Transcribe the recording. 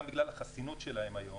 גם בגלל החסינות שלהם היום,